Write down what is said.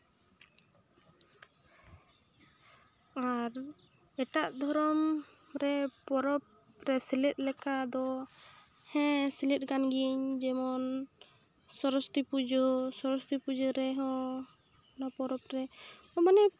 ᱟᱨ ᱮᱴᱟᱜ ᱫᱷᱚᱨᱚᱢ ᱨᱮ ᱯᱚᱨᱚᱵᱽ ᱨᱮ ᱥᱮᱞᱮᱫ ᱞᱮᱠᱟ ᱫᱚ ᱦᱮᱸ ᱥᱮᱞᱮᱫ ᱟᱠᱟᱱ ᱜᱤᱭᱟᱹᱧ ᱡᱮᱢᱚᱱ ᱥᱚᱨᱚᱥᱚᱛᱤ ᱯᱩᱡᱟᱹ ᱥᱚᱨᱚᱥᱚᱛᱤ ᱯᱩᱡᱟᱹ ᱨᱮᱦᱚᱸ ᱚᱱᱟ ᱯᱚᱨᱚᱵᱽ ᱨᱮ ᱢᱟᱱᱮ